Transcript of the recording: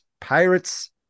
Pirates